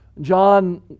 John